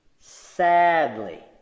Sadly